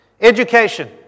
Education